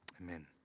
Amen